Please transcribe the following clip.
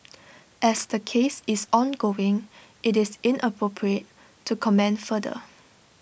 as the case is ongoing IT is inappropriate to comment further